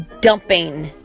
dumping